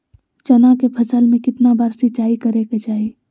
चना के फसल में कितना बार सिंचाई करें के चाहि?